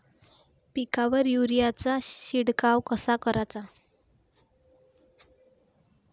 पिकावर युरीया चा शिडकाव कसा कराचा?